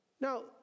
Now